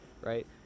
right